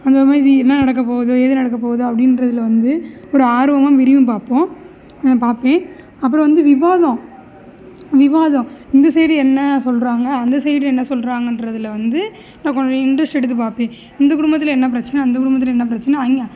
அந்த மாதிரி என்ன நடக்கப்போகுதோ ஏது நடக்கப்போகுதோ அப்படின்றதுல வந்து ஒரு ஆர்வமாக விரும்பிப் பார்ப்போம் பார்ப்பேன் அப்புறம் வந்து விவாதம் விவாதம் இந்த சைடு என்ன சொல்கிறாங்க அந்த சைடில் என்ன சொல்கிறாங்கன்றத்துல வந்து நான் கொஞ்சம் இண்ட்ரஸ்ட்டு எடுத்துப் பார்ப்பேன் இந்த குடும்பத்தில் என்ன பிரச்சனை அந்த குடும்பத்தில் என்ன பிரச்சனை